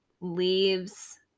leaves